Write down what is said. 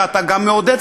ואתה גם מעודד,